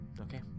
Okay